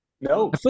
No